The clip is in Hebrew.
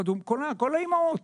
כל האימהות.